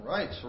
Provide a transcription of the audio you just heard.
Right